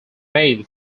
made